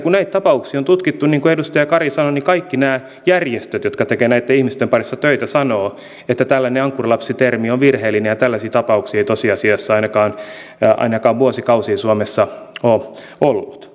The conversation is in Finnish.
kun näitä tapauksia on tutkittu niin kuin edustaja kari sanoi niin kaikki nämä järjestöt jotka tekevät näitten ihmisten parissa töitä sanovat että tällainen ankkurilapsi termi on virheellinen ja tällaisia tapauksia ei tosiasiassa ainakaan vuosikausiin suomessa ole ollut